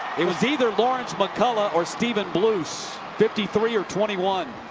it was either lawrence mccullough or steven bluse. fifty three or twenty one.